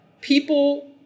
people